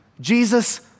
Jesus